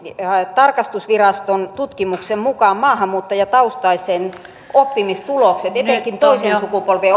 tarkastusviraston tutkimuksen mukaan maahanmuuttajataustaisten oppimistulokset etenkin toisen sukupolven